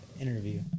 interview